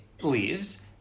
leaves